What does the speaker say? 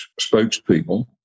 spokespeople